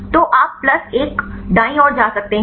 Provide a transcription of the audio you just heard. तो आप 1 दाईं ओर जा सकते हैं